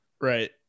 Right